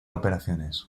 operaciones